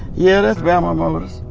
yeah, that's bama motors.